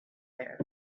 there